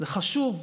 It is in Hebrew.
זה חשוב,